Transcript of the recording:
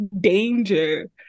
danger